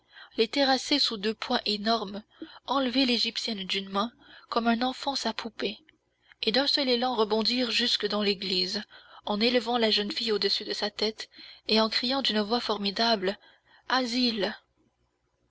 les terrasser sous deux poings énormes enlever l'égyptienne d'une main comme un enfant sa poupée et d'un seul élan rebondir jusque dans l'église en élevant la jeune fille au-dessus de sa tête et en criant d'une voix formidable asile